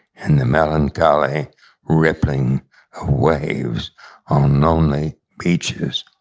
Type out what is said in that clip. and the melancholy rippling of waves on lonely beaches.